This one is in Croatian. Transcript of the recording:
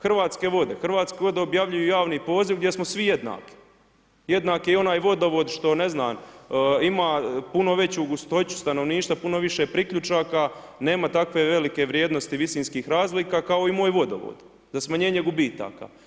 Hrvatske vode, Hrvatske vode objavljuju javni poziv gdje smo svi jednaki, jednak je i onaj vodovod što ne znam ima puno veću gustoću stanovništva, puno više priključaka, nema takve velike vrijednosti visinskih razlika kao i moj vodovod, za smanjenje gubitaka.